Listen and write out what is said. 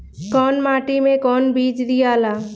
कौन माटी मे कौन बीज दियाला?